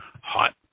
hot